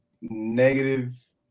negative